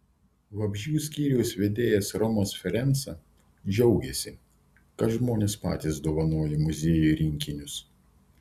vabzdžių skyriaus vedėjas romas ferenca džiaugiasi kad žmonės patys dovanoja muziejui rinkinius